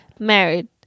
married